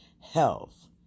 health